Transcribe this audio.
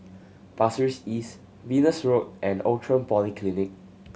Pasir Ris East Venus Road and Outram Polyclinic